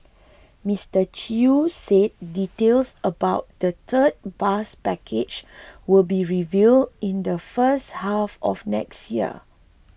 Mister Chew said details about the third bus package will be revealed in the first half of next year